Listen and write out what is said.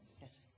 Yes